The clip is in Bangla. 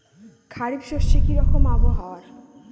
খরিফ শস্যে কি রকম আবহাওয়ার?